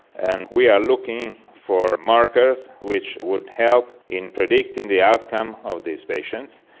and we are looking for markers which would help in predicting the outcome of these patients,